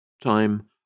Time